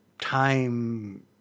time